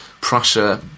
Prussia